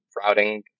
routing